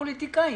הפוליטיקאים,